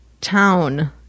town